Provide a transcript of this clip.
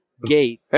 gate